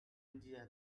india